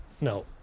No